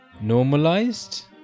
normalized